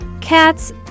Cats